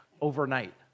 overnight